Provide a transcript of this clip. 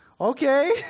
okay